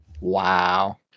Wow